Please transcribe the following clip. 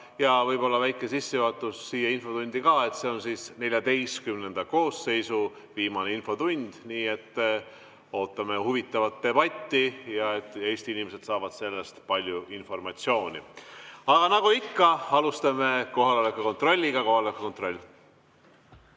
Võib-olla väike sissejuhatus ka. See on XIV koosseisu viimane infotund, nii et ootame huvitavat debatti ja seda, et Eesti inimesed saavad sellest palju informatsiooni. Aga nagu ikka, alustame kohaloleku kontrolliga. Kohaloleku kontroll.